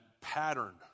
pattern